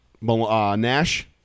Nash